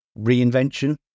reinvention